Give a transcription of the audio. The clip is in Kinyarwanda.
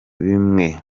bimwe